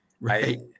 Right